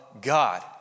God